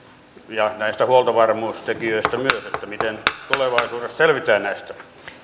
näistä huoltovarmuustekijöistä myös miten tulevaisuudessa selvitään näistä